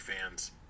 fans